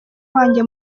wanjye